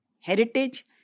heritage